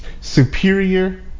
superior